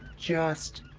just.